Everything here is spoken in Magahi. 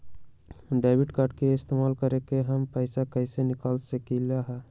डेबिट कार्ड के इस्तेमाल करके हम पैईसा कईसे निकाल सकलि ह?